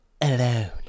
alone